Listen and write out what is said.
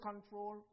control